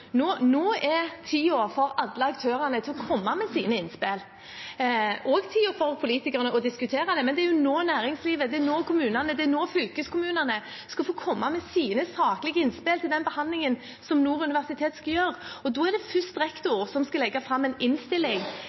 komme med sine innspill og tiden for politikerne til å diskutere det. Men det er jo nå næringslivet, det er nå kommunene, det er nå fylkeskommunene skal få komme med sine saklige innspill til den behandlingen som Nord universitet skal gjøre. Og da er det slik at rektor først skal legge fram en innstilling